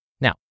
Now